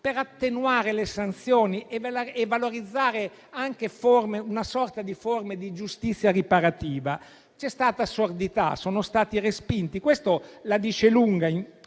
per attenuare le sanzioni e valorizzare anche una sorta di forma di giustizia riparativa. C'è stata sordità, sono stati respinti. Ciò la dice lunga